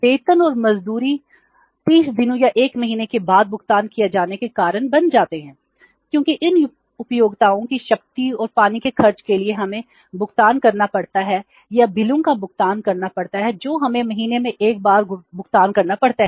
वेतन और मजदूरी 30 दिनों या 1 महीने के बाद भुगतान किए जाने के कारण बन जाते हैं क्योंकि इन उपयोगिताओं की शक्ति और पानी के खर्चों के लिए हमें भुगतान करना पड़ता है या बिलों का भुगतान करना पड़ता है जो हमें महीने में एक बार भुगतान करना पड़ता है